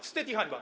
Wstyd i hańba.